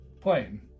plane